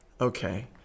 Okay